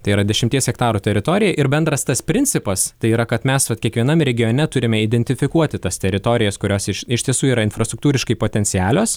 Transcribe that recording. tai yra dešimties hektarų teritorija ir bendras tas principas tai yra kad mes vat kiekvienam regione turime identifikuoti tas teritorijas kurios iš tiesų yra infrastruktūriškai potencialios